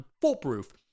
foolproof